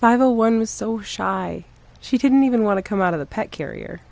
five o one was so shy she didn't even want to come out of the pet carrier